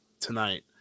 tonight